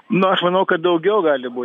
na aš manau kad daugiau gali būt